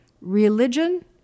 religion